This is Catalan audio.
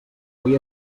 avui